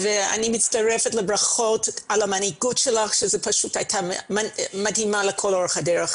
אני מצטרפת לברכות על המנהיגות שלך שהייתה מדהימה לכל אורך הדרך.